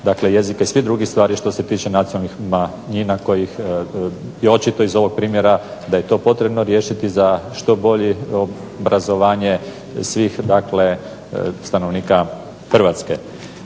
dakle jezika i svih drugih stvari što se tiče nacionalnih manjina kojih je očito iz ovog primjera da je to potrebno riješiti za što bolje obrazovanje svih stanovnika Hrvatske.